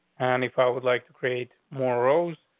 and if i would like to create more rose,